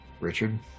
Richard